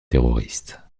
terroriste